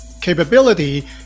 capability